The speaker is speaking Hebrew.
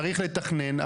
צריך לתכנן,